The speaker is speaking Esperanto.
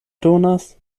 donas